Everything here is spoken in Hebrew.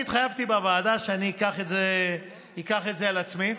התחייבתי בוועדה שאני אקח את זה על עצמי.